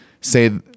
say